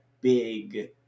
big